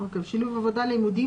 שילוב עבודה ולימודים.